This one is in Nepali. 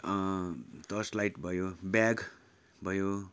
टर्च लाइट भयो ब्याग भयो